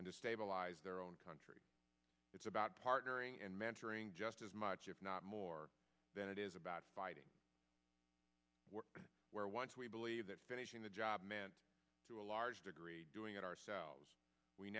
to stabilize their own country it's about partnering and mentoring just as much if not more then it is about fighting where once we believe that finishing the job meant to a large degree doing it ourselves we